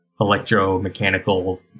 electromechanical